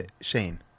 Shane